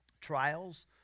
Trials